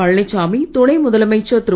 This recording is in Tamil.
பழனிச்சாமி துணை முதலமைச்சர் திரு